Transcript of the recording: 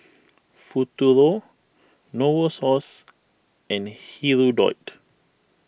Futuro Novosource and Hirudoid